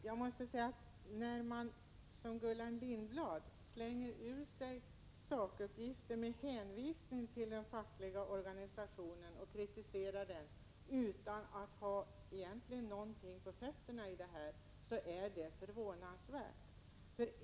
Jag måste säga: Att som Gullan Lindblad slänga ur sig sakuppgifter med hänvisning till den fackliga organisationen och kritisera den utan att egentligen ha någonting på fötterna är förvånansvärt.